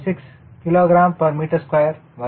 6 kgm2 வரும்